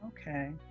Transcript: Okay